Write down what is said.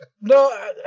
No